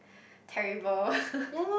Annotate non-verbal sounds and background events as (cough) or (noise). terrible (laughs)